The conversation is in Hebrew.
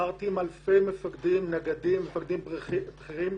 דיברתי עם אלפי מפקדים, נגדים, מפקדים בכירים.